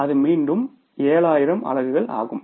அது மீண்டும் 7000 அலகுகள் ஆகும்